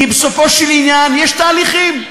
כי בסופו של עניין, יש תהליכים.